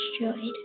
destroyed